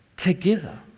Together